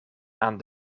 aan